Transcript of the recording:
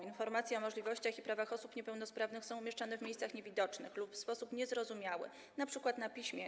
Informacje o możliwościach i prawach osób niepełnosprawnych są umieszczane w miejscach niewidocznych lub w sposób niezrozumiały, np. na piśmie.